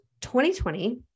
2020